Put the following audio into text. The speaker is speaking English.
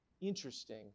interesting